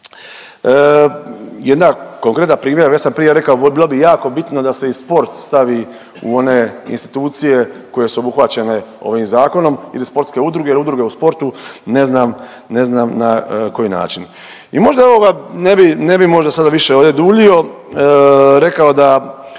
Jedna konkretna primjedba već sam prije rekao bilo bi jako bitno da se i sport stavi u one institucije koje su obuhvaćene ovim zakonom ili sportske udruge ili udruge u sportu ne znam na koji način. I možda evo ga ne bih možda sada više ovdje duljio, rekao da